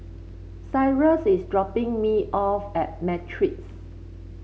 cyrus is dropping me off at Matrix